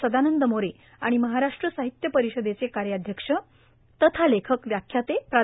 सदानंद मोरे आणि महाराष्ट्र साहित्य परिषदेचे कार्याध्यक्ष तथा लेखक व्याख्याते प्रा